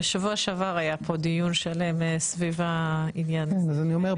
בשבוע שעבר היה פה דיון שלם סביב העניין הזה.